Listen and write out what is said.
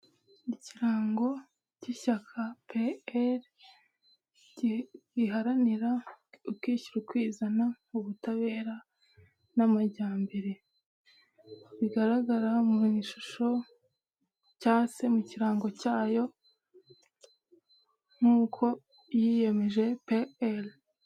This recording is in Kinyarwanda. Ikirango cy'ishyaka pe eli riharanira ubwishyire ukizana ubutabera n'amajyambere, bigaragara mu ishusho cya se mu kirango cyayo nk'uko yiyemeje pe eli.